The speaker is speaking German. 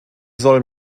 soll